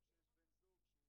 היום 4 בדצמבר 2018,